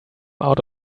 out